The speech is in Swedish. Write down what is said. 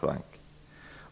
Franck.